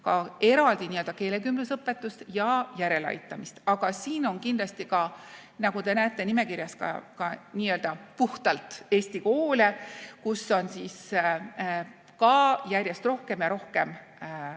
ka eraldi keelekümblusõpetust ja järeleaitamist. Aga siin on kindlasti ka, nagu te näete, nimekirjas puhtalt eesti koole, kus on ka järjest rohkem ja rohkem